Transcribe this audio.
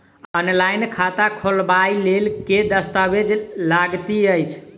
Online खाता खोलबय लेल केँ दस्तावेज लागति अछि?